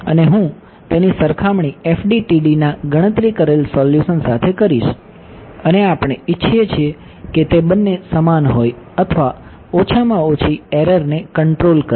અને હું તેની સરખામણી FDTD ના ગણતરી કરેલ સોલ્યુશન સાથે કરીશ અને આપણે ઈચ્છીએ છીએ કે તે બંને સમાન હોય અથવા ઓછામાં ઓછી એરર ને કંટ્રોલ કરે